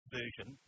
version